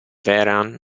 vehrehan